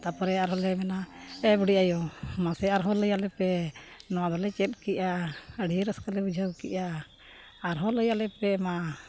ᱛᱟᱨᱯᱚᱨᱮ ᱟᱨᱦᱚᱸ ᱞᱮ ᱢᱮᱱᱟ ᱮ ᱵᱩᱰᱷᱤ ᱟᱭᱳ ᱢᱟᱥᱮ ᱟᱨᱦᱚᱸ ᱞᱟᱹᱭᱟᱞᱮ ᱯᱮ ᱱᱚᱣᱟ ᱫᱚᱞᱮ ᱪᱮᱫ ᱠᱮᱫᱼᱟ ᱟᱹᱰᱤ ᱨᱟᱹᱥᱠᱟᱹ ᱞᱮ ᱵᱩᱡᱷᱟᱹᱣ ᱠᱮᱫᱼᱟ ᱟᱨᱦᱚᱸ ᱞᱟᱹᱭ ᱟᱞᱮ ᱯᱮ ᱢᱟ